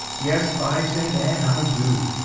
yes, by saint anne, i do.